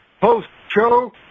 post-show